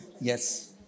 Yes